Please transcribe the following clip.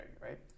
right